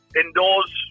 indoors